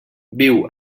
viu